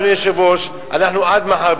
אדוני היושב-ראש: עד מחר,